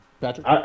Patrick